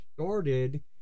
started